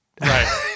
Right